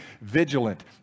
vigilant